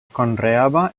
conreava